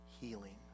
healing